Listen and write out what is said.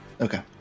okay